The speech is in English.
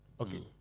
Okay